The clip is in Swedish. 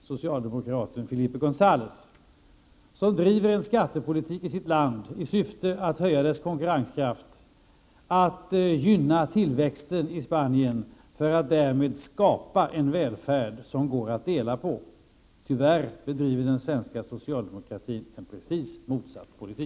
socialdemokraten Felipe Gonzålez, som driver en skattepolitik i sitt land i syfte att höja landets konkurrenskraft, att gynna tillväxt i Spanien för att därmed skapa en välfärd som går att dela på. Tyvärr bedriver den svenska socialdemokratin en precis motsatt politik.